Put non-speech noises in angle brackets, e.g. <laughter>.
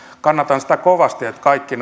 kannatan sitä kovasti että kaikki <unintelligible>